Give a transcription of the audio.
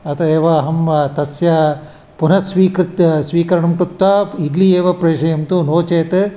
अतः एव अहं तस्य पुनस्वीकृत् स्वीकरणं कृत्वा इड्लि एव प्रेषयन्तु नो चेत्